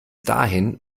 dahin